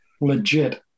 Legit